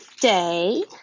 today